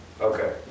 Okay